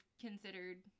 considered